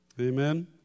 Amen